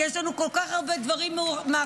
כי יש לנו כל כך הרבה דברים מאחדים,